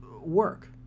work